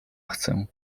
chcę